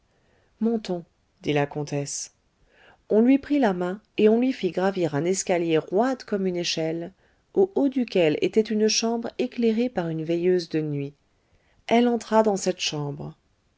montons dit la comtesse on lui prit la main et on lui fit gravir un escalier roide comme une échelle au haut duquel était une chambre éclairée par une veilleuse de nuit elle entra dans cette chambre